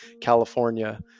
California